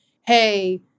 Hey